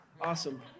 Awesome